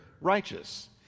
righteous